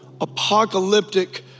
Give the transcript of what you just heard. apocalyptic